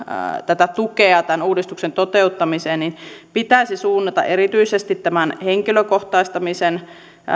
tätä tukea tämän uudistuksen toteuttamiseen pitäisi suunnata erityisesti tämän henkilökohtaistamisen